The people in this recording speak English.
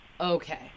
Okay